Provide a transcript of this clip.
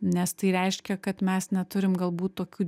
nes tai reiškia kad mes neturim galbūt tokių